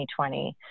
2020